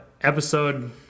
episode